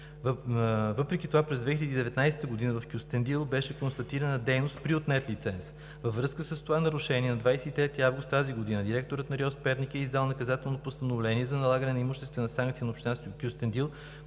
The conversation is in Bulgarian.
Въпреки това през 2019 г. в Кюстендил беше констатирана дейност при отнет лиценз. Във връзка с това нарушение на 23 август тази година директорът на РИОС – Перник, е издал наказателно постановление за налагане на имуществена санкция на община Кюстендил,